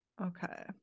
Okay